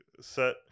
set